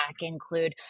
include